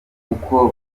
uko